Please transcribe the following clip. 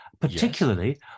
particularly